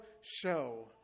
show